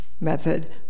method